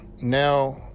Now